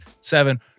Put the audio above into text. seven